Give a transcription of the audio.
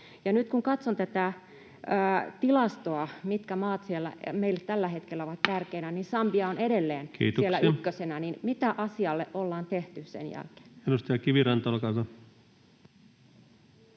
nyt kun katson tätä tilastoa, mitkä maat meille tällä hetkellä ovat tärkeitä, niin Sambia on edelleen [Puhemies: Kiitoksia!] siellä ykkösenä. Mitä asialle on tehty sen jälkeen? Edustaja Kiviranta, olkaa hyvä.